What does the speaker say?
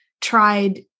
tried